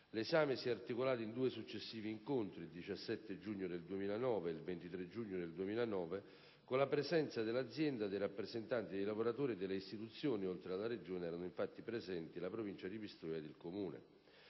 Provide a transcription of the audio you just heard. L'esame si è articolato in due successivi incontri, il 17 giugno 2009 e il 23 giugno 2009, con la presenza dell'azienda, dei rappresentanti dei lavoratori e delle istituzioni (oltre alla Regione erano presenti la Provincia di Pistoia ed il Comune